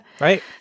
Right